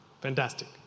fantastic